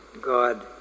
God